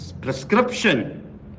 prescription